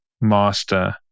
master